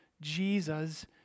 Jesus